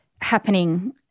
happening